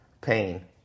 Pain